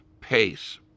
pace